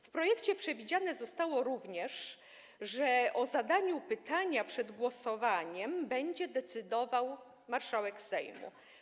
W projekcie przewidziane zostało również, że o zadaniu pytania przed głosowaniem będzie decydował marszałek Sejmu.